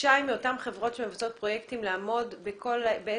הדרישה היא מאותן חברות שמבצעות פרויקטים לעמוד בתנאים.